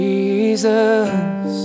Jesus